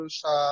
sa